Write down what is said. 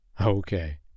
okay